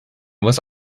was